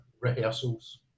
rehearsals